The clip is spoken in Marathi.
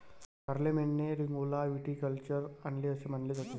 शारलेमेनने रिंगौला व्हिटिकल्चर आणले असे मानले जाते